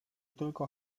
tylko